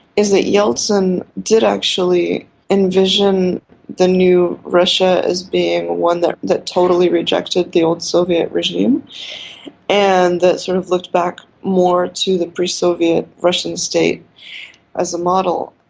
is that yeltsin did actually envision the new russia as being one that totally rejected the old soviet regime and that sort of looked back more to the pre-soviet russian state as a model.